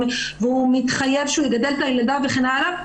והוא מתחייב שהוא יגדל את הילדה וכן הלאה,